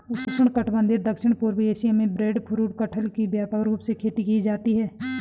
उष्णकटिबंधीय दक्षिण पूर्व एशिया में ब्रेडफ्रूट कटहल की व्यापक रूप से खेती की जाती है